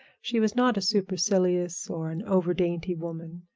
she was not a supercilious or an over-dainty woman.